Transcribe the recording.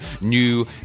new